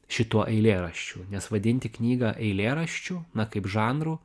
šituo eilėraščiu nes vadinti knygą eilėraščiu na kaip žanru